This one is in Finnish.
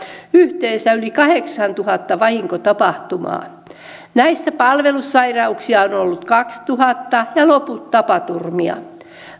yhteensä yli kahdeksantuhatta vahinkotapahtumaa näistä palvelussairauksia on ollut kaksituhatta ja loput tapaturmia